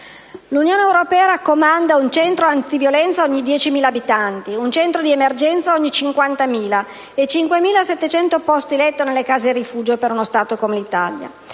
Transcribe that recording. L'Unione europea raccomanda un centro antiviolenza ogni 10.000 abitanti, un centro di emergenza ogni 50.000 e 5.700 posti letto nelle case rifugio per uno Stato come l'Italia: